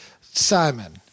Simon